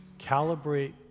calibrate